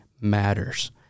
matters